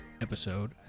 episode